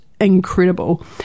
incredible